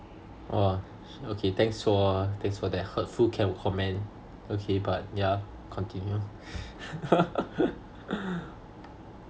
!wah! okay thanks for thanks for that hurtful co~ comment okay but yeah continue